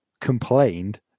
complained